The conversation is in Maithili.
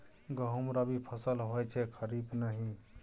गहुम रबी फसल होए छै खरीफ नहि